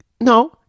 No